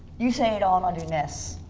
you say it all, and i'll do ness.